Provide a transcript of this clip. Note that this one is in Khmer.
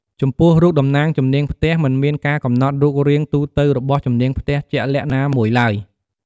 ចំពោះរូបតំណាងជំនាងផ្ទះ មិនមានការកំណត់រូបរាងទូទៅរបស់ជំនាងផ្ទះជាក់លាក់ណាមួយឡើយ។